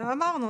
אלא אמרנו,